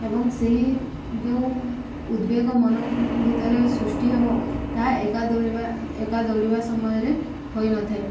ଏବଂ ସେହି ଯେଉଁ ଉଦବେଗ ମନ ଭିତରେ ସୃଷ୍ଟି ହେବ ତାହା ଏକା ଦୌଡ଼ିବା ଏକା ଦୌଡ଼ିବା ସମୟରେ ହୋଇନଥାଏ